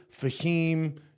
Fahim